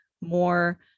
more